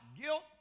guilt